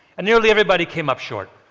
and nearly everybody came up short.